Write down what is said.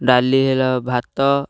ଡ଼ାଲି ହେଲା ଭାତ